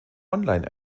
online